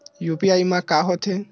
UPI मा का होथे?